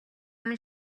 өмнө